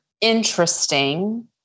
interesting